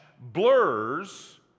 blurs